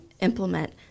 implement